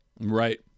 Right